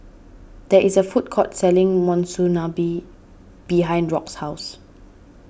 there is a food court selling Monsunabe behind Rock's house